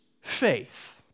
faith